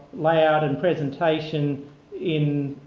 layout and presentation in